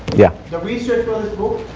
yeah. the research for this book.